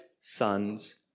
sons